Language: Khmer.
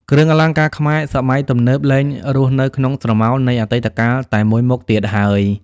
គ្រឿងអលង្ការខ្មែរសម័យទំនើប លែងរស់នៅក្នុងស្រមោលនៃអតីតកាលតែមួយមុខទៀតហើយ។